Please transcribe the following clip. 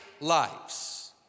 lives